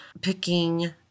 picking